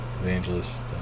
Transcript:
evangelist